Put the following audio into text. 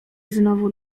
znowu